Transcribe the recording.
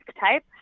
type